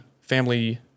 family